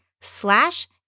slash